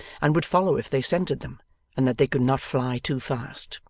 and would follow if they scented them and that they could not fly too fast.